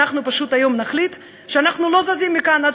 אנחנו היום פשוט נחליט שאנחנו לא זזים מכאן עד